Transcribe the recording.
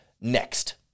next